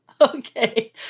okay